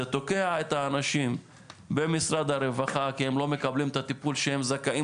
זה תוקע את האנשים במשרד הרווחה כי הם לא מקבלים את הטיפול שהם זכאים